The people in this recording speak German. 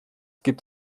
gibt